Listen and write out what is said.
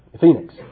Phoenix